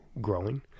growing